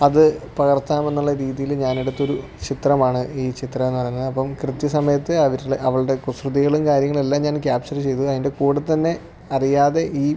അത് പകർത്താമെന്നുള്ള രീതിയിൽ ഞാനെടുത്തൊരു ചിത്രമാണ് ഈ ചിത്രമെന്ന് പറയുന്നത് അപ്പം കൃത്യ സമയത്ത് അവരുടെ അവളുടെ കുസൃതികളും കാര്യങ്ങളെല്ലാം ഞാൻ ക്യാപ്ച്ചറ് ചെയ്തു അതിന്റെ കൂടെ തന്നെ അറിയാതെ ഈ